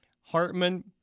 Hartman